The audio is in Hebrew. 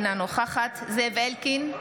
אינה נוכחת זאב אלקין,